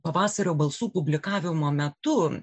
pavasario balsų publikavimo metu